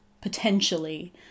potentially